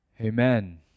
Amen